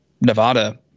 Nevada